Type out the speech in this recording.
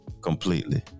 Completely